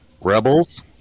Rebels